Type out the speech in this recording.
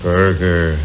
Burger